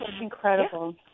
Incredible